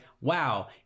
wow